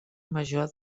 major